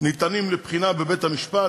ניתנות לבחינה בבית-המשפט.